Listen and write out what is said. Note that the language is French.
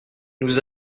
nous